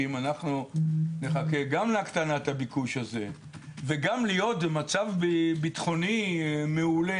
כי אם נחכה גם להקטנת הביקוש הזה וגם להיות במצב ביטחוני מעולה,